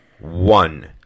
one